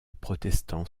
protestants